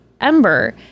Ember